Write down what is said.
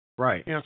Right